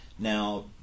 Now